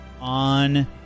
on